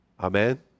Amen